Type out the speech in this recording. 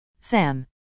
Sam